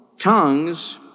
tongues